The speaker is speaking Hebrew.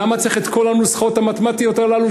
למה צריך את כל הנוסחאות המתמטיות האלה,